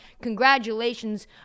congratulations